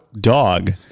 dog